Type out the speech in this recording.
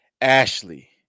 Ashley